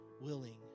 willing